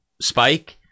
spike